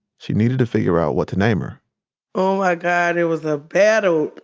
she needed to figure out what to name her oh my god, it was a battle.